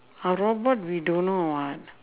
a robot we don't know [what]